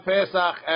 Pesach